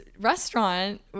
restaurant